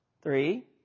three